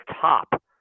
top